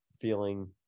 feeling